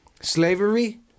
Slavery